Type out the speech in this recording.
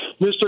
Mr